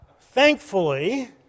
Thankfully